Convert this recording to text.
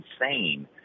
insane